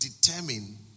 determine